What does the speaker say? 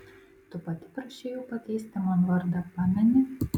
tu pati prašei jų pakeisti man vardą pameni